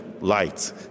lights